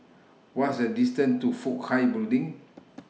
What's The distance to Fook Hai Building